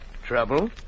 trouble